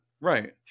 right